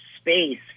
space